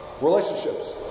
Relationships